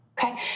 Okay